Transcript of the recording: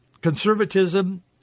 conservatism